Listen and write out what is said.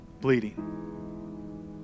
bleeding